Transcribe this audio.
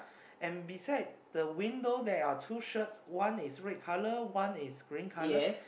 and beside the window there are two shirts one is red colour one is green colour